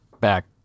back